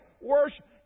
Worship